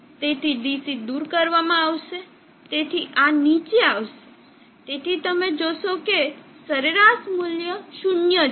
તેથી DC દૂર કરવામાં આવશે તેથી આ નીચે આવશે તેથી તમે જોશો કે સરેરાશ મૂલ્ય 0 છે